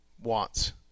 wants